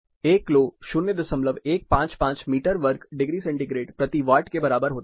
एक क्लो 0155 मीटर वर्ग डिग्री सेंटीग्रेड प्रति वाट के बराबर होता है